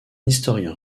historien